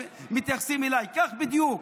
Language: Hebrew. כך בדיוק.